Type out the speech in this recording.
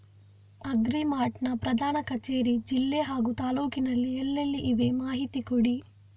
Agri mart ನ ಪ್ರಧಾನ ಕಚೇರಿ ಜಿಲ್ಲೆ ಹಾಗೂ ತಾಲೂಕಿನಲ್ಲಿ ಎಲ್ಲೆಲ್ಲಿ ಇವೆ ಮಾಹಿತಿ ಕೊಡಿ?